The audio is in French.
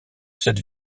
cette